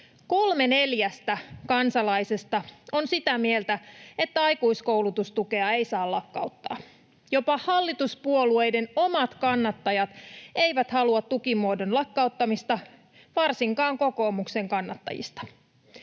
Kolme neljästä kansalaisesta on sitä mieltä, että aikuiskoulutustukea ei saa lakkauttaa. Jopa hallituspuolueiden omat kannattajat eivät halua tukimuodon lakkauttamista, varsinkaan kokoomuksen kannattajat.